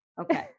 Okay